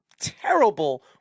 terrible